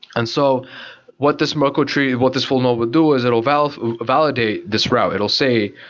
and so what this merkel tree, what this full node would do is it will validate will validate this route. it will say,